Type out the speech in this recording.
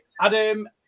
Adam